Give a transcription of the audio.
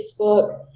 Facebook